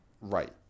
right